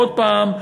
עוד פעם,